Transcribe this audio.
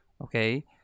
okay